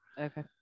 okay